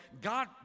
god